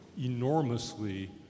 enormously